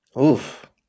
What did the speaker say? Oof